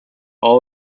all